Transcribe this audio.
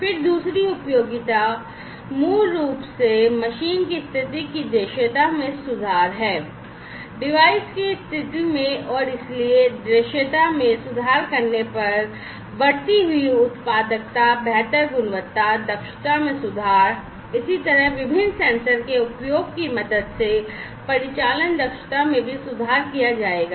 फिर दूसरी उपयोगिता मूल रूप से मशीन की स्थिति की दृश्यता में सुधार है डिवाइस की स्थिति में और इसलिए दृश्यता में सुधार करने पर बढ़ती हुई उत्पादकता बेहतर गुणवत्ता दक्षता में सुधार इसी तरह विभिन्न सेंसर के उपयोग की मदद से परिचालन दक्षता में भी सुधार किया जाएगा